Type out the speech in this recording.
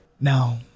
Now